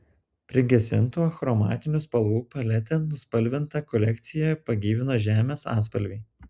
prigesintų achromatinių spalvų palete nuspalvintą kolekciją pagyvino žemės atspalviai